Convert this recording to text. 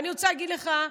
אני רוצה להגיד לך,